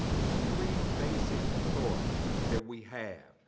there's three basic thoughts that we have,